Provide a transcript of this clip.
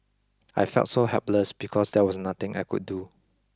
I felt so helpless because there was nothing I could do